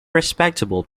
respectable